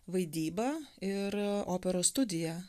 vaidybą ir operos studiją